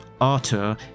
Arthur